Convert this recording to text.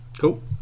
Cool